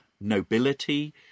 nobility